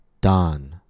don